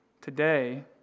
today